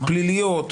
פליליות,